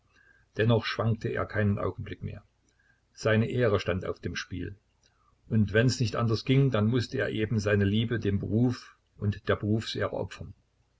dennoch schwankte er keinen augenblick mehr seine ehre stand auf dem spiel und wenn's nicht anders ging dann mußte er eben seine liebe dem beruf und der berufsehre opfern